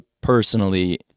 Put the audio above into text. personally